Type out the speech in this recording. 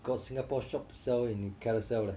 got singapore shop sell in Carousell leh